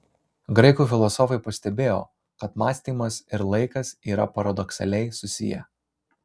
graikų filosofai pastebėjo kad mąstymas ir laikas yra paradoksaliai susiję